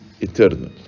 eternal